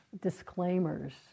disclaimers